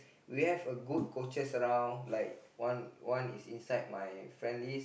we have a good coaches around like one one is inside my friend list